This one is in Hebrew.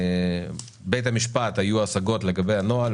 לבית המשפט היו השגות לגבי הנוהל,